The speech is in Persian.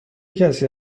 کسی